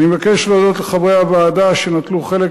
אני מבקש להודות לחברי הוועדה שנטלו חלק